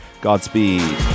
Godspeed